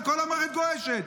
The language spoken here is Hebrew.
וכל המערכת גועשת,